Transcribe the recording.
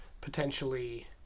potentially